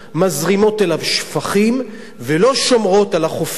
מזרימות אליו שפכים ולא שומרות על החופים.